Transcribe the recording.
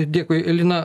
dėkui lina